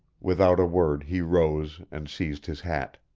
without a word he rose and seized his hat.